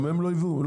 גם הם לא באו?